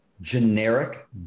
generic